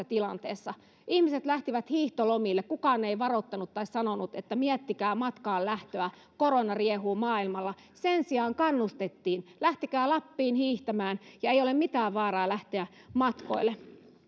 tilanteessa ihmiset lähtivät hiihtolomille kukaan ei varottanut tai sanonut että miettikää matkaan lähtöä korona riehuu maailmalla sen sijaan kannustettiin lähtekää lappiin hiihtämään ei ole mitään vaaraa lähteä matkoille